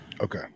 Okay